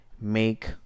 make